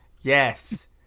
Yes